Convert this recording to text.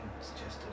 suggested